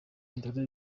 dore